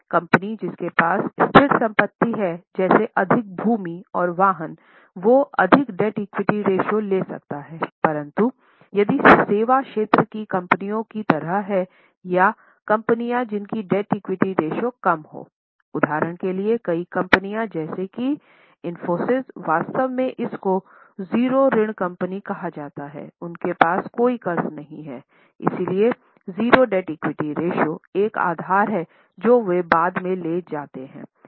company जिसके पास स्थिर संपत्ति है जैसे अधिक भूमि और भवन वो अधिक डेब्ट इक्विटी रेश्यो एक आधार है जो वे बाद में ले जाते हैं